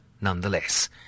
nonetheless